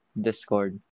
Discord